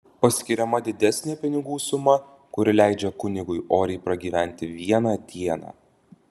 paskiriama didesnė pinigų suma kuri leidžia kunigui oriai pragyventi vieną dieną